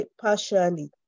partially